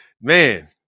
Man